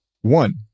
one